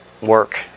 work